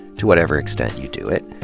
to whatever extent you do it,